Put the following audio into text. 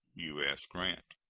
u s. grant.